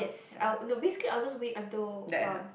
yes uh no basically I will just wait until um